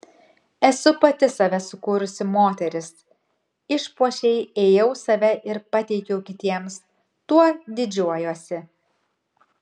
esu pati save sukūrusi moteris išpuošei ėjau save ir pateikiau kitiems tuo didžiuojuosi